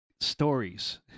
stories